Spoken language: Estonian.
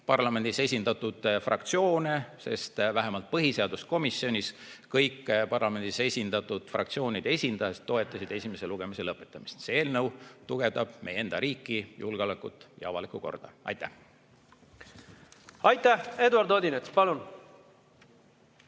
parlamendis esindatud fraktsioone, sest vähemalt põhiseaduskomisjonis kõik parlamendis esindatud fraktsioonide esindajad toetasid esimese lugemise lõpetamist. See eelnõu tugevdab meie riiki, julgeolekut ja avalikku korda. ... avatud piiripunktides on